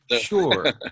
Sure